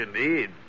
Indeed